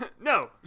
No